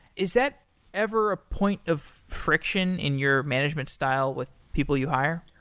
is that ever a point of friction in your management style with people you hire?